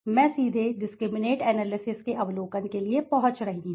मैं सीधे discriminant analysis के अवलोकन के लिए पहुँच रहा हूँ